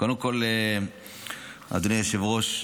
אדוני היושב-ראש,